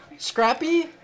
Scrappy